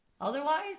otherwise